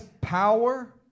power